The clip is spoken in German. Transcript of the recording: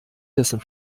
dessen